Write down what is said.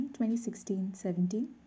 2016-17